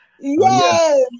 Yes